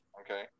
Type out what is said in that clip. okay